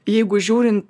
jeigu žiūrin